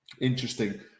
interesting